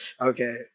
Okay